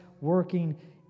working